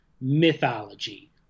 mythology